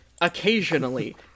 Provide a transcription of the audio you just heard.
occasionally